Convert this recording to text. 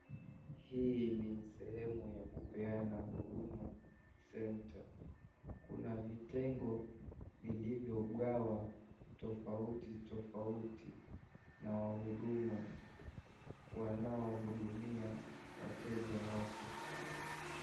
Hii ni sehemu ya kupeana huduma center kuna vitengo vilivyo gawa tofauti tofauti na wahudumu wanohudumia wateja hapo.